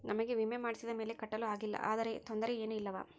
ನಮಗೆ ವಿಮೆ ಮಾಡಿಸಿದ ಮೇಲೆ ಕಟ್ಟಲು ಆಗಿಲ್ಲ ಆದರೆ ತೊಂದರೆ ಏನು ಇಲ್ಲವಾ?